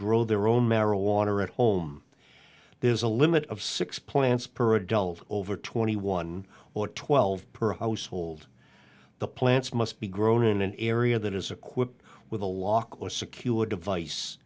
grow their own marijuana at home there is a limit of six plants per adult over twenty one or twelve per household the plants must be grown in an area that is equipped with a lock or secure device